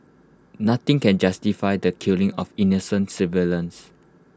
nothing can justify the killing of innocent civilians